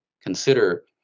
consider